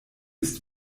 ist